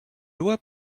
loi